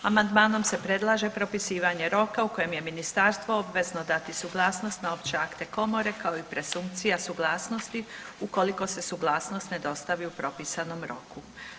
Amandmanom se predlaže propisivanje roka u kojem je Ministarstvo obvezno dati suglasnost na opće akte komore, kao i presumpcija suglasnosti, ukoliko se suglasnost ne dostavi u propisanom roku.